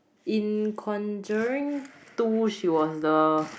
in conjuring two she was the